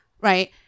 right